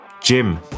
Jim